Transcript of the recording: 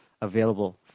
available